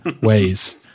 ways